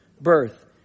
birth